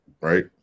right